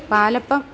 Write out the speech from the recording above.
palappam